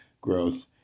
growth